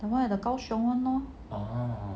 the [one] at the gaoxiong [one] loh